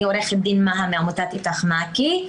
אני עורכת דין מהא מעמותת "איתך מעכי".